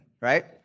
Right